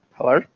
Hello